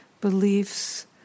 beliefs